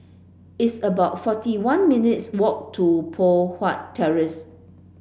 it's about forty one minutes' walk to Poh Huat Terrace